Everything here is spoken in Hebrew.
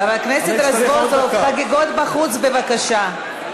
חבר הכנסת רזבוזוב, חגיגות בחוץ, בבקשה.